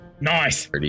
Nice